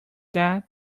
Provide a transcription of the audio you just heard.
that